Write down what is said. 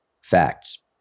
Facts